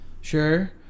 sure